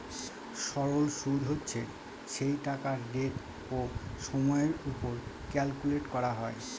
সরল সুদ হচ্ছে সেই টাকার রেট ও সময়ের ওপর ক্যালকুলেট করা হয়